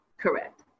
correct